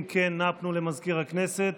אם כן, נא פנו למזכיר הכנסת.